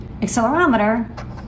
accelerometer